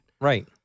Right